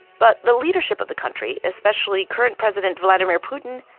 but the leadership of the country, especially current president vladimir putin,